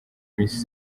miss